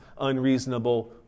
unreasonable